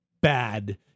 bad